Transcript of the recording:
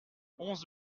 onze